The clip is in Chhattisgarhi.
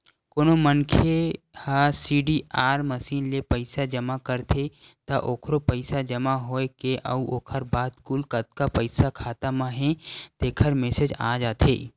कोनो मनखे ह सीडीआर मसीन ले पइसा जमा करथे त ओखरो पइसा जमा होए के अउ ओखर बाद कुल कतका पइसा खाता म हे तेखर मेसेज आ जाथे